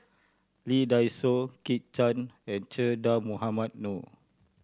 Lee Dai Soh Kit Chan and Che Dah Mohamed Noor